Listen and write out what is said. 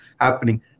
happening